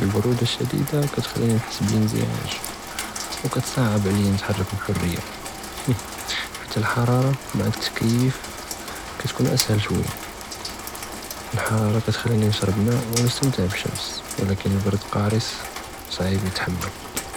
אלבְּרוּדַה אֶשְּדִידַה כִּתְחַלִּינִי נְחַס בִּלְאִנְזִעַאג וּכִּתְצַעֵּב עַלִיַּא נְתְחַרֶּק בִּחֻרִיַּה، אַאה חַתַּא לְחַרַארַה בְּעַד אִתְּתַכִּיף כַּתְכוּן אַסְהַל שְוִיַּה, לְחַרַארַה כִּתְחַלִּינִי נְשְרַבּ מַאא וּנְסְתַמְתֵע בִּשְשַּמְס וּלַכִּן אלְבַּרְד אלקארס צְעִיבּ יִתְחַמֶּל.